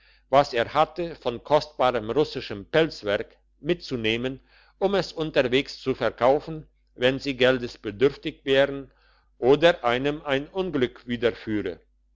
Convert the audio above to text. was er hatte von kostbarem russischem pelzwerk mitzunehmen um es unterwegs zu verkaufen wenn sie geldes bedürftig wären oder einem ein unglück